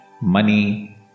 money